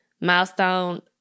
Milestone